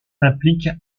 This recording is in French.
implique